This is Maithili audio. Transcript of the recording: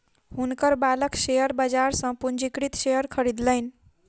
हुनकर बालक शेयर बाजार सॅ पंजीकृत शेयर खरीदलैन